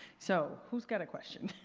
so who's got a question?